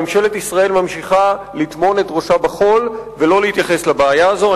ממשלת ישראל ממשיכה לטמון את ראשה בחול ולא להתייחס לבעיה הזאת.